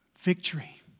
victory